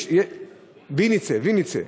ויניצה.